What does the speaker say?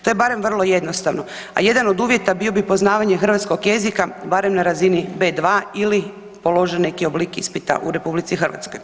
To je barem vrlo jednostavno, a jedan od uvjeta bio bi poznavanje hrvatskog jezika barem na razini B2 ili položen neki oblik ispita u RH.